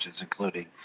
including